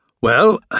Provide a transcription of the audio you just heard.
Well